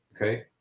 Okay